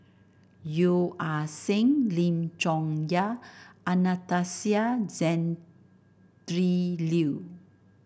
Yeo Ah Seng Lim Chong Yah and Anastasia Tjendri Liew